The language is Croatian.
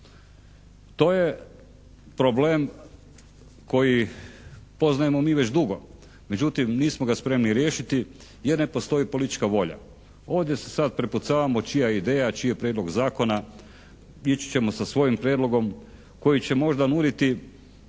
To je problem koji poznajemo mi već dugo, međutim nismo ga spremni riješiti jer ne postoji politička volja. Ovdje se sada prepucavamo čija je ideja, čiji je prijedlog zakona, ići ćemo sa svojim prijedlogom koji će možda nuditi